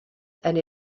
and